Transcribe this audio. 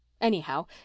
Anyhow